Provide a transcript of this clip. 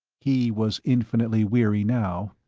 he was infinitely weary now.